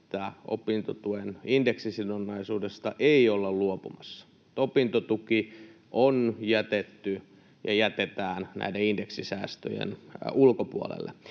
että opintotuen indeksisidonnaisuudesta ei olla luopumassa, opintotuki on jätetty ja jätetään näiden indeksisäästöjen ulkopuolelle.